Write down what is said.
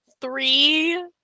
three